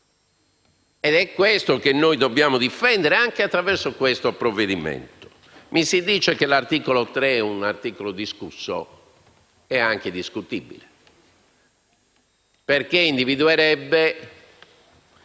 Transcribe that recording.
È questo che noi dobbiamo difendere, anche attraverso questo provvedimento. Mi si dice che l'articolo 3 è discusso e anche discutibile, perché individuerebbe